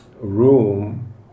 room